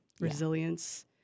resilience